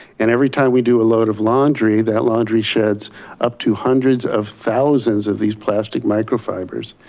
and every time we do a load of laundry, that laundry sheds up to hundreds of thousands of these plastic microfibers.